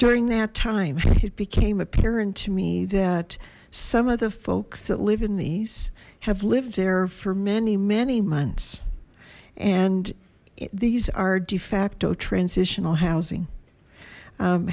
during that time it became apparent to me that some of the folks that live in these have lived there for many many months and these are de facto transitional housing